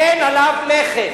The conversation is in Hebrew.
אין עליו מכס.